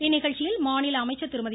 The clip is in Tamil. இந்நிகழ்ச்சியில் மாநில அமைச்சர் திருமதி